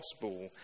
possible